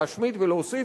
להשמיט ולהוסיף,